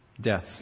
death